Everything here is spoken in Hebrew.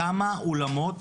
כמה אולמות